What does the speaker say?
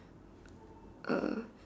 uh